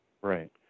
Right